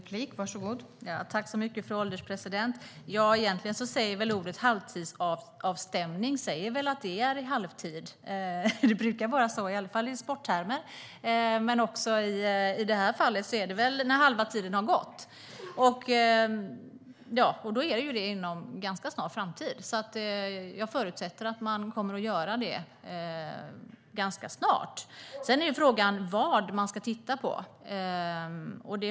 Fru ålderspresident! Egentligen säger väl ordet halvtidsavstämning att det är i halvtid som det ska ske. Det brukar vara så, i alla fall i sportsammanhang. Men även i detta fall ska det väl ske när halva tiden har gått, och då är det i en ganska snar framtid. Jag förutsätter därför att man kommer att göra det ganska snart. Sedan är frågan vad man ska titta på.